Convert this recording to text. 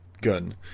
gun